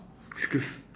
excuse